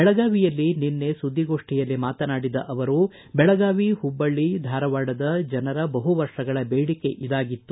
ಬೆಳಗಾವಿಯಲ್ಲಿ ನಿನ್ನೆ ಸುದ್ದಿಗೋಷ್ಠಿಯಲ್ಲಿ ಮಾತನಾಡಿದ ಅವರು ಬೆಳಗಾವಿ ಹುಬ್ಬಳ್ಳಿ ಧಾರವಾಡದ ಜನರ ಬಹು ವರ್ಷಗಳ ಬೇಡಿಕೆ ಇದಾಗಿತ್ತು